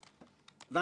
במקרה הזה